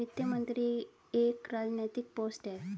वित्त मंत्री एक राजनैतिक पोस्ट है